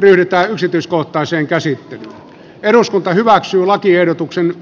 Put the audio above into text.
virta yksityiskohtaisen käsittelyn eduskunta hyväksyi lakiehdotuksen